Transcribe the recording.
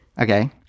Okay